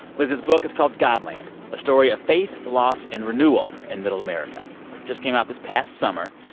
lyz's book is called god land a story of faith, loss, and renewal in middle america just came out this past summer.